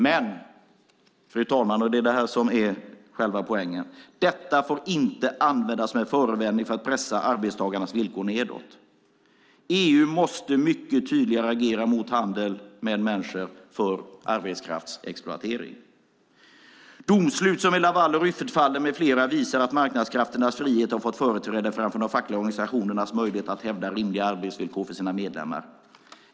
Men, fru talman, och detta är själva poängen, det får inte användas som förevändning för att pressa arbetstagarnas villkor nedåt. EU måste agera mycket tydligare mot handel med människor för arbetskraftsexploatering. Domslut som i Laval och Rüffertfallen med flera visar att marknadskrafternas frihet har fått företräde framför de fackliga organisationernas möjligheter att hävda rimliga arbetsvillkor för sina medlemmar.